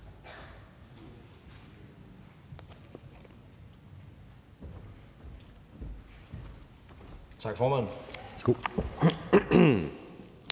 Tak, formand.